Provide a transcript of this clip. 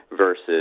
versus